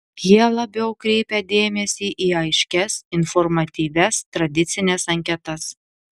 jie labiau kreipia dėmesį į aiškias informatyvias tradicines anketas